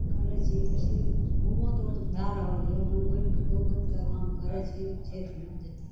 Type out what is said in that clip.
करै छी बेसी घुमो दौड़ भए रहल यऽ घुमि घुमिके घुमि घुमि काम करै छी क्षेत्रमे